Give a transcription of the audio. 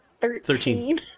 Thirteen